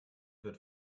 wird